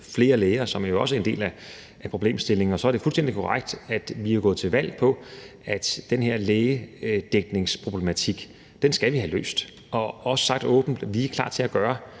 flere læger, hvilket jo også er en del af problemstillingen. Og så er det fuldstændig korrekt, at vi er gået til valg på, at det her lægedækningsproblem skal vi have løst. Vi har også sagt åbent: Vi er klar til at gøre,